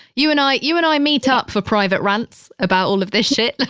you and i, you and i meet up for private rants about all of this shit.